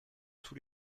tous